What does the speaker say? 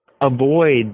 avoid